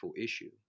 issue